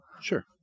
Sure